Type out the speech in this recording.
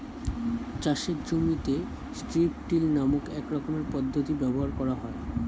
চাষের জমিতে strip till নামক এক রকমের পদ্ধতি ব্যবহার করা হয়